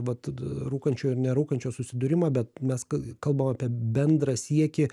vat rūkančio ir nerūkančio susidūrimą bet mes kalbam apie bendrą siekį